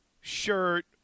shirt